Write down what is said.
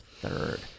third